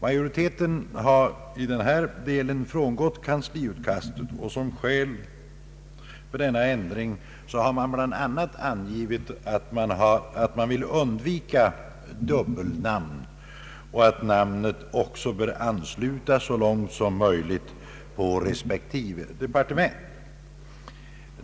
Majoriteten har i denna del frångått kansliutkastet. Som skäl för denna ändring har man bl.a. angivit att man vill undvika dubbelnamn och att namnet så långt möjligt bör anslutas till respektive departement.